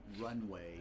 runway